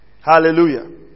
Hallelujah